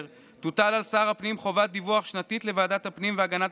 תוטל על שר הפנים חובת דיווח שנתית לוועדת הפנים והגנת